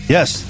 Yes